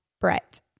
Brett